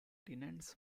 tenants